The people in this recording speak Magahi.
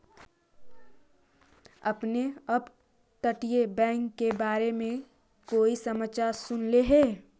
आपने अपतटीय बैंक के बारे में कोई समाचार सुनला हे